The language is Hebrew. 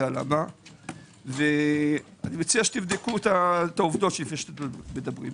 למה - ואני מציע שתבדקו את העובדות לפני שאתם מדברים.